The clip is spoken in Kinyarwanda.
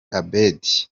abeddy